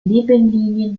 nebenlinie